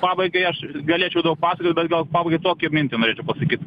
pabaigai aš galėčiau daug pasakoti bet gal pabaigai tokią mintį norėčiau pasakyt